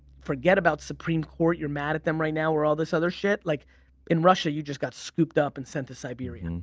forget about supreme court, you're mad at them right now or all this other shit. like in russia you just got scooped up and sent to siberia. and